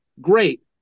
great